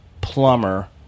plumber